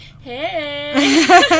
hey